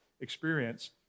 experience